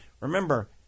Remember